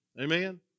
Amen